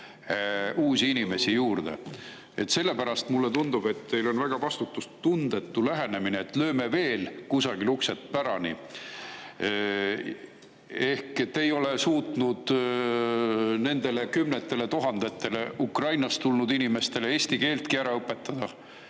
uusi inimesi juurde. Sellepärast mulle tundub, et teil on väga vastutustundetu lähenemine, et lööme veel kusagil uksed pärani. Te ei ole suutnud kümnetele tuhandetele Ukrainast tulnud inimestele eesti keeltki ära õpetada,